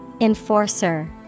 Enforcer